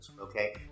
Okay